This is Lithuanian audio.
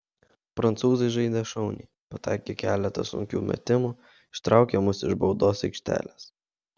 prancūzai žaidė šauniai pataikė keletą sunkių metimų ištraukė mus iš baudos aikštelės